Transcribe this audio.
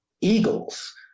Eagles